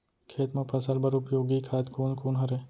खेत म फसल बर उपयोगी खाद कोन कोन हरय?